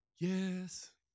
yes